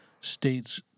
states